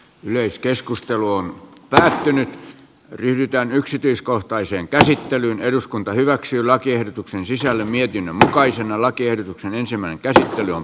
yleiskeskustelu on pysähtynyt yhtään yksityiskohtaiseen käsittelyyn eduskunta hyväksyy lakiehdotuksen sisällä mietin takaisin lakiehdotuksen ensimmäinen kerta kun on